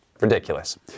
ridiculous